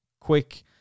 quick